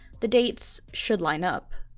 the dates should line up,